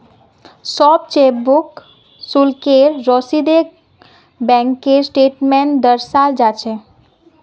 सब चेकबुक शुल्केर रसीदक बैंकेर स्टेटमेन्टत दर्शाल जा छेक